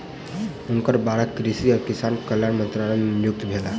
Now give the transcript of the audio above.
हुनकर बालक कृषि आ किसान कल्याण मंत्रालय मे नियुक्त भेला